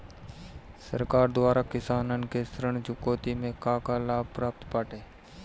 सरकार द्वारा किसानन के ऋण चुकौती में का का लाभ प्राप्त बाटे?